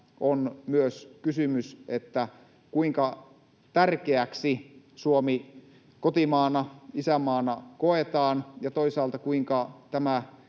On myös kysymys siitä, kuinka tärkeäksi Suomi kotimaana, isänmaana, koetaan, ja toisaalta siitä, kuinka tämä